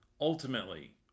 ultimately